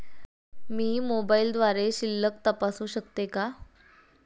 मी मोबाइलद्वारे शिल्लक तपासू शकते का?